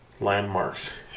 landmarks